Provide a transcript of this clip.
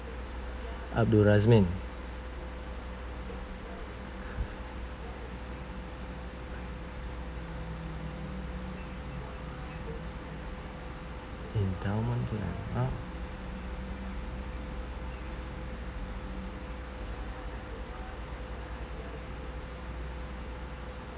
abdul rasmin endowment uh